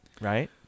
Right